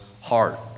heart